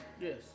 yes